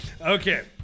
Okay